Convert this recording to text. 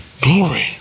glory